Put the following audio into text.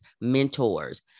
mentors